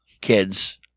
kids